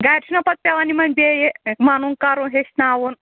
گَرِ چھُ نہ پَتہٕ پٮ۪وان یِمَن بیٚیہِ وَنُن کَرُن ہیٚچھناوُن